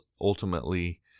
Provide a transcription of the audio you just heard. ultimately